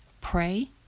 pray